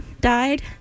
died